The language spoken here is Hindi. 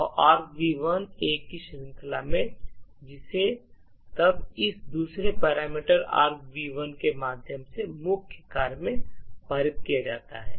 तो argv1 A की श्रृंखला है जिसे तब इस दूसरे पैरामीटर argv1 के माध्यम से मुख्य कार्य में पारित किया जाता है